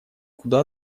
куда